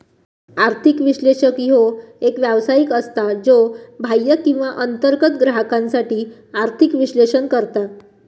आर्थिक विश्लेषक ह्यो एक व्यावसायिक असता, ज्यो बाह्य किंवा अंतर्गत ग्राहकांसाठी आर्थिक विश्लेषण करता